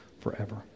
forever